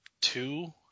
two